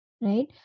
right